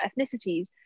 ethnicities